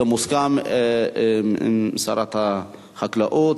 זה מוסכם עם שרת החקלאות.